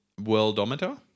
Worldometer